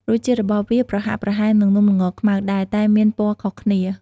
រសជាតិរបស់វាប្រហាក់ប្រហែលនឹងនំល្ងខ្មៅដែរ តែមានពណ៌ខុសគ្នា។